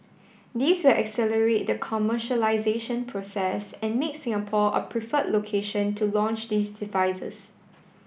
this will accelerate the commercialisation process and make Singapore a preferred location to launch these devices